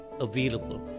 available